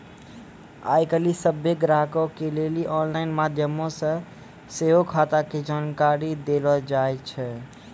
आइ काल्हि सभ्भे ग्राहको के लेली आनलाइन माध्यमो से सेहो खाता के जानकारी देलो जाय छै